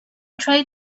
try